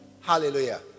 hallelujah